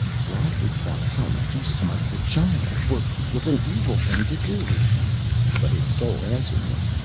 why didst thou tell me to smite the child, for it was an evil thing to do but his soul answered him,